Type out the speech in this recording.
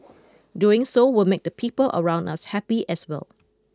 doing so will make the people around us happy as well